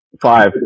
Five